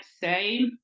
say